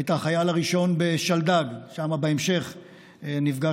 היית החייל הראשון בשלדג, ושם בהמשך נפגשנו.